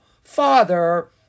Father